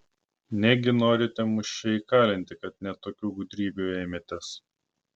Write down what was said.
negi norite mus čia įkalinti kad net tokių gudrybių ėmėtės